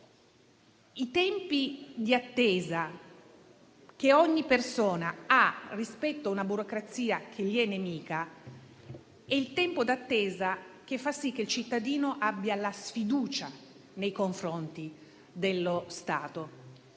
I tempi di attesa che ogni persona ha rispetto a una burocrazia che gli è nemica fanno sì che il cittadino abbia sfiducia nei confronti dello Stato.